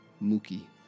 Muki